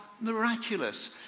miraculous